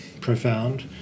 profound